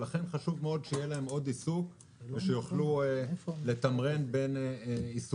לכן חשוב מאוד שיהיה להם עוד עיסוק ושיוכלו לתמרן בין עיסוקים.